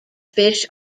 fish